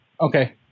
Okay